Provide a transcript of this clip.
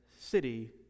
city